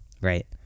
Right